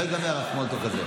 זה לא ייגמר, הסמול טוק הזה.